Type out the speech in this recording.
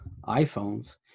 iphones